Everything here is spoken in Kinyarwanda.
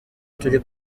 turi